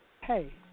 Hey